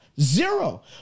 Zero